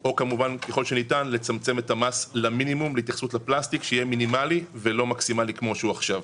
או לצמצם את המס למינימום כדי שיהיה מינימלי ולא מקסימלי כמו שהוא כעת.